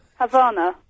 Havana